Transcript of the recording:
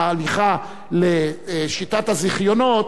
ההליכה לשיטת הזיכיונות,